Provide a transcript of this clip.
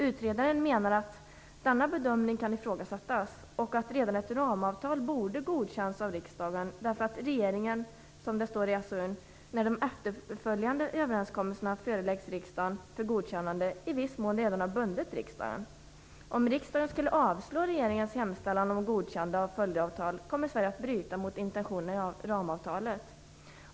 Utredaren menar att denna bedömning kan ifrågasättas och att redan ett ramavtal borde ha godkänts av riksdagen, eftersom regeringen - som det heter i SOU-betänkandet - när de efterföljande överenskommelserna föreläggs riksdagen för godkännande i viss mån redan har bundit riksdagen. Om riksdagen skulle avslå regeringens hemställan om godkännande av följdavtal, kommer Sverige att bryta mot intentionerna i ramavtalet.